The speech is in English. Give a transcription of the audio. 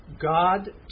God